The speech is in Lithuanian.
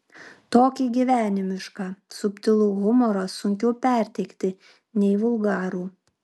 tokį gyvenimišką subtilų humorą sunkiau perteikti nei vulgarų